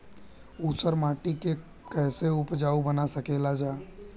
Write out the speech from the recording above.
ऊसर माटी के फैसे उपजाऊ बना सकेला जा?